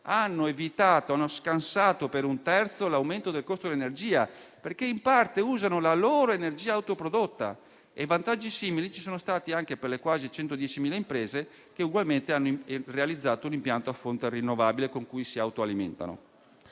hanno evitato e scansato per un terzo l'aumento del costo dell'energia, perché in parte usano la loro energia autoprodotta. Vantaggi simili ci sono stati anche per le quasi 110.000 imprese, che ugualmente hanno realizzato un impianto a fonte rinnovabile, con cui si autoalimentano.